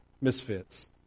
misfits